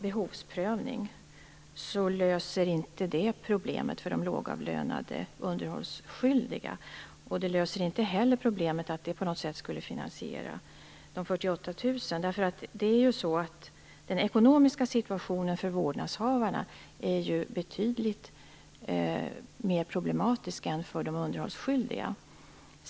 Behovsprövning löser inte problemet för de lågavlönade underhållsskyldiga. Det finansierar inte heller på något sätt ett förbehållsbelopp på 48 000 kr. Den ekonomiska situationen för vårdnadshavarna är betydligt mer problematisk än för de underhållsskyldiga.